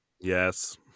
Yes